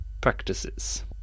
practices